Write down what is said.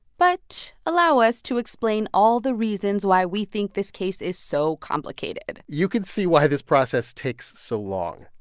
but allow us to explain all the reasons why we think this case is so complicated you could see why this process takes so long.